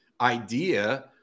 idea